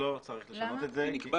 צריך לשנות את זה, כי אנחנו